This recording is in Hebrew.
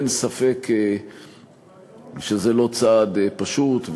אין ספק שזה לא צעד פשוט,